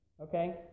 Okay